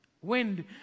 wind